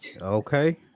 Okay